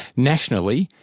nationally,